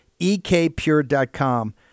ekpure.com